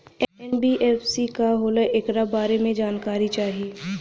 NBFC का होला ऐकरा बारे मे जानकारी चाही?